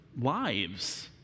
lives